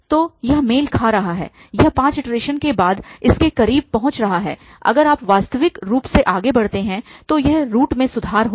तो यह मेल खा रहा है यह पांच इट्रेशन्स के बाद इसके करीब पहुंच रहा है अगर आप स्वाभाविक रूप से आगे बढ़ते हैं तो यह रूट में सुधार होगा